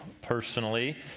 personally